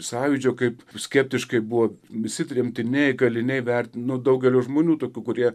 sąjūdžio kaip skeptiškai buvo visi tremtiniai kaliniai vertinami daugelio žmonių tokių kurie